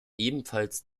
ebenfalls